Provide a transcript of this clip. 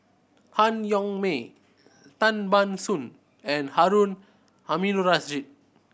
Han Yong May Tan Ban Soon and Harun Aminurrashid